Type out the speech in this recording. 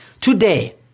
Today